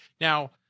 Now